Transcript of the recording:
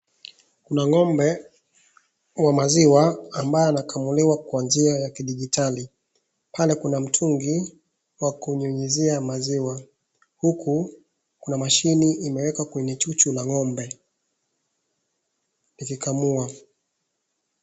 Kuna ng'ombe wa maziwa ambaye anakamuliwa kwa njia ya kidijitali. Pale kuna mtungi wa kumimizia maziwa uku kuna mashini imewekwa kwenye chuchu la ng'ombe ikikamua.